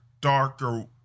darker